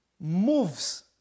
moves